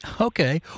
Okay